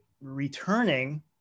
returning